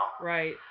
Right